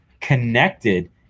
connected